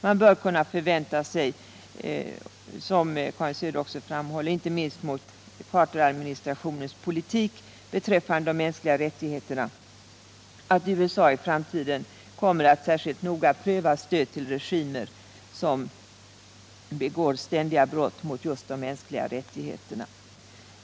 Man bör, som Karin Söder också framhåller, kunna förvänta sig — inte minst mot bakgrund av Carteradministrationens politik beträffande de mänskliga rättigheterna — att USA i framtiden kommer att särskilt noga pröva stöd till regimer som begår ständiga brott mot de mänskliga rättigheterna.